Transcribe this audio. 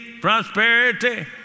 prosperity